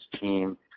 team